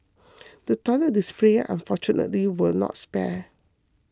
the toilet displays unfortunately were not spared